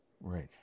Right